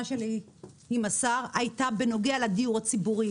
שלי עם השר הייתה בנוגע לדיור הציבורי,